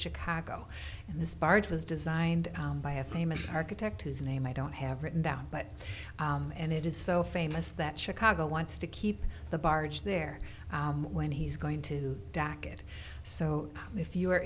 chicago and this barge was designed by a famous architect whose name i don't have written down but and it is so famous that chicago wants to keep the barge there when he's going to back it so if you